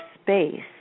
space